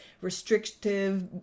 restrictive